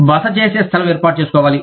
బస చేసే స్థలం ఏర్పాటు చేసుకోవాలి